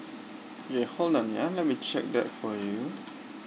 okay hold on ya let me check that for you